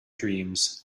dreams